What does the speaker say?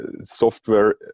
software